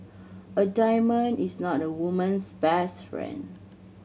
a diamond is not a woman's best friend